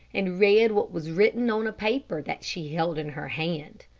and read what was written on a paper that she held in her hand.